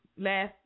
last